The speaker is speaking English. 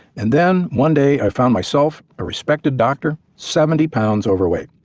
and then one day i found myself, a respected doctor, seventy pounds over weight.